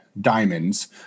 diamonds